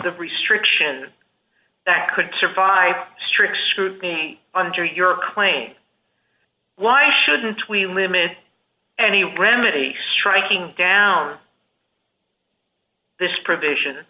the restriction that could survive strict scrutiny under your claim why shouldn't we limit any remedy striking down this provision